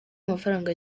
amafaranga